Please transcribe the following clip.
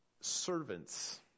servants